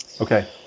Okay